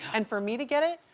and for me to get it.